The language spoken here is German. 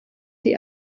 die